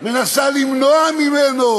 מנסה למנוע ממנו,